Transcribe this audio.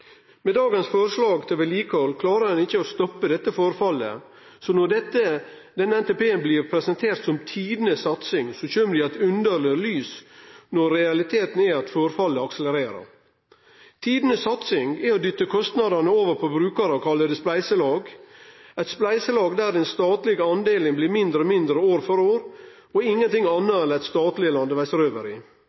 Med dagens forslag til vedlikehald klarer ein ikkje å stoppe dette forfallet, så når denne NTP-en blir presentert som tidenes satsing, kjem det i eit underleg lys når realiteten er at forfallet akselerer. «Tidenes satsing» er å dytte kostnadene over på brukarane og kalle det spleiselag – eit spleiselag der den statlege delen blir mindre og mindre år for år, og er ingenting anna enn eit statleg landevegsrøveri. Alle dei tre store byane i